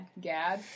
Gad